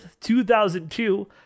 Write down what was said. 2002